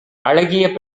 அழகிய